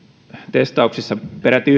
testauksissa peräti